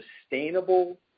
sustainable